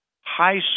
high